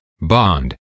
bond